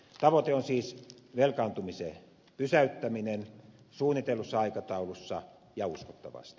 tavoite on siis velkaantumisen pysäyttäminen suunnitellussa aikataulussa ja uskottavasti